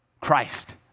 Christ